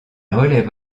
relève